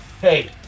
hey